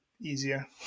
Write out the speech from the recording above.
easier